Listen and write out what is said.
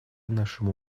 нашему